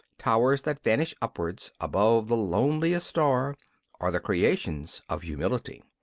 towers that vanish upwards above the loneliest star are the creations of humility.